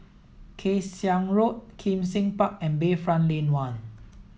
Kay Siang Road Kim Seng Park and Bayfront Lane One